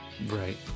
Right